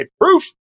proof